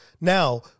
Now